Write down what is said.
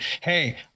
hey